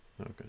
Okay